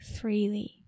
freely